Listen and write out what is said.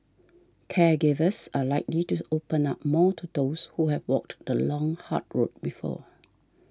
caregivers are likely to open up more to those who have walked the long hard road before